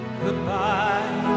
Goodbye